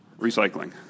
Recycling